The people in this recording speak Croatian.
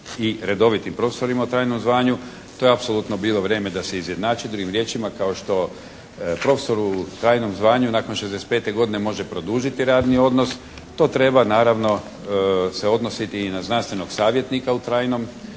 i redovitim profesorima u trajnom zvanju, to je apsolutno bilo vrijeme da se izjednači. Drugim riječima kao što profesoru u trajnom zvanju nakon 65 godine može produžiti radni odnos. To treba naravno se odnositi i na znanstvenog savjetnika u trajnom zvanju